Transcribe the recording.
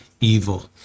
evil